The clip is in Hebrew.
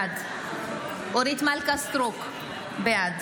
בעד אורית מלכה סטרוק, בעד